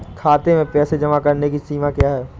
खाते में पैसे जमा करने की सीमा क्या है?